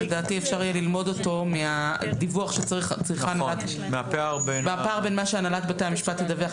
לדעתי אפשר יהיה ללמוד אותו מהפער בין מה שהנהלת בתי המשפט תדווח,